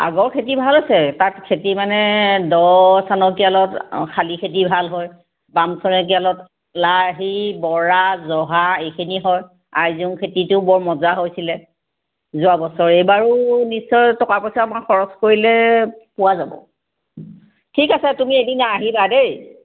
আগৰ খেতি ভাল আছে তাত খেতি মানে দ' শালি খেতি ভাল হয় বাম লাহি বৰা জহা এইখিনি হয় আইজং খেতিটো বৰ মজা হৈছিলে যোৱাবছৰ এইবাৰো নিশ্চয় টকা পইচা অকণমান খৰচ কৰিলে পোৱা যাব ঠিক আছে তুমি এদিন আহিবা দেই